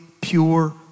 pure